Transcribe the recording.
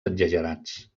exagerats